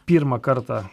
pirmą kartą